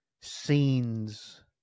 scenes